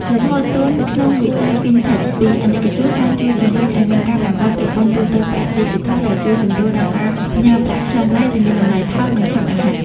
លំហូរទុនក្នុងវិស័យ FinTech ពីអាណិកជន បានជួយជំរុញឱ្យមានការបង្កើតប្រព័ន្ធទូទាត់ប្រាក់ឌីជីថល ដែលជួយសម្រួលដល់ការផ្ញើប្រាក់ឆ្លងដែនឱ្យមានតម្លៃថោក និងឆាប់រហ័ស។